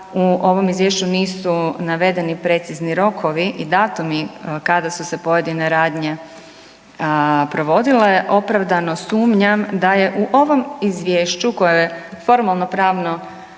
u ovoj Izvješću nisu navedeni precizni rokovi i datumi kada su se pojedine radnje provodile opravdano sumnjam da je u ovom Izvješću koje je formalnopravno